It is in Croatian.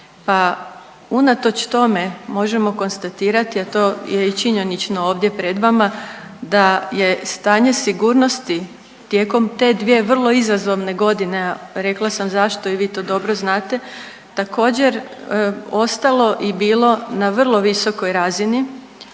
Pa unatoč tome možemo konstatirati, a to je i činjenično ovdje pred vama da je stanje sigurnosti tijekom te dvije vrlo izazovne godine, rekla sam zašto i vi to dobro znate, također ostalo i bilo na vrlo visokoj razini,